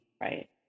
right